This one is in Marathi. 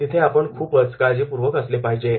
तिथे आपण खूपच काळजीपूर्वक असले पाहिजे